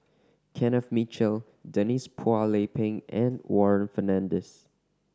Kenneth Mitchell Denise Phua Lay Peng and Warren Fernandez